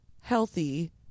healthy